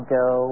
go